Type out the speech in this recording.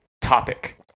topic